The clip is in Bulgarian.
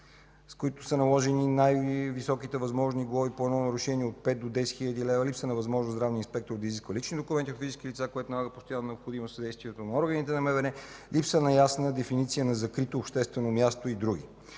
с които са наложени най-високите възможни глоби по едно нарушение от 5 до 10 хил. лв.; липса на възможност здравният инспектор да изисква лични документи от физически лица, което налага постоянна необходимост от съдействието на органите на МВР; липса на ясна дефиниция на „закрито обществено място” и други.